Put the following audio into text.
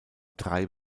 drei